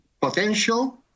potential